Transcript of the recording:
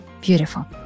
Beautiful